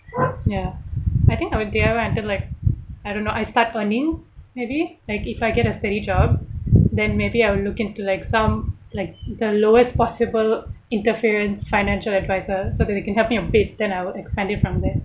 ya I think I will D_I_Y until like I don't know I start earning maybe like if I get a steady job then maybe I'll look into like some like the lowest possible interference financial advisers so that they can help me a bit then I would expand from there